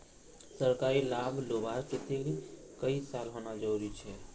सरकारी लाभ लुबार केते कई साल होना जरूरी छे?